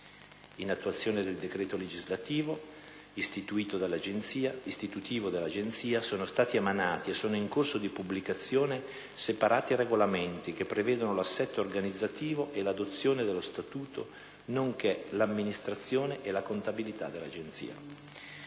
In attuazione del decreto legislativo istitutivo dell'Agenzia, sono stati emanati e sono in corso di pubblicazione separati regolamenti, che prevedono l'assetto organizzativo e l'adozione dello statuto, nonché l'amministrazione e la contabilità dell'Agenzia.